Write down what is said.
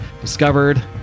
Discovered